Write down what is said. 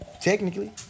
Technically